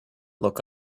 look